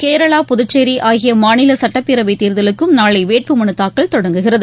கேரளா புதுச்சேரி ஆகிய மாநில சட்டப்பேரவை தேர்தலுக்கும் நாளை வேட்பு மனு தாக்கல் தொடங்குகிறது